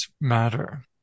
Matter